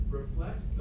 reflects